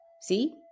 see